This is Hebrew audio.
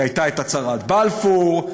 כי הייתה הצהרת בלפור,